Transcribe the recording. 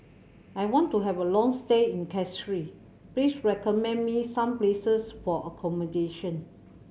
I want to have a long stay in Castries please recommend me some places for accommodation